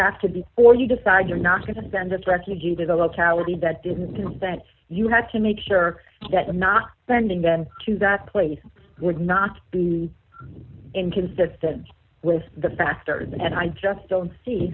have to be or you decide you're not going to spend as refugees or the locality that didn't then you have to make sure that i'm not sending then to that place would not be inconsistent with the bastards and i just don't see